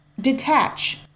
detach